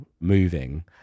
moving